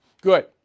Good